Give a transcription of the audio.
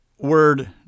word